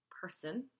person